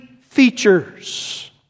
features